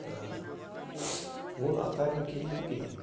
ووٚن اَتھ تَرِ نہٕ کِہیٖنٛۍ تہٕ کِہیٖنٛۍ